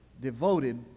devoted